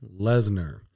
Lesnar